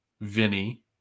Vinny